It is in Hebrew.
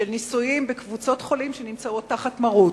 של ניסויים בקבוצות חולים שנמצאות תחת מרות.